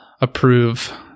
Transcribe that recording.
approve